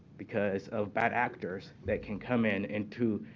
because of bad actors that can come in into